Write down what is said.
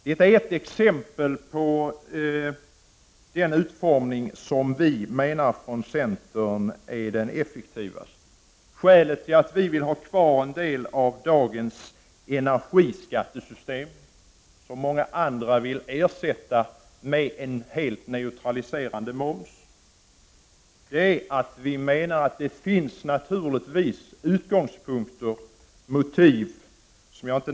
Detta är ett exempel på den utformning som vi från centern menar är den effektivaste. Skälet till att vi vill ha kvar en del av dagens energiskattesystem, som många andra vill ersätta med en helt neutraliserande moms, är att vi menar att det naturligtvis finns motiv för det.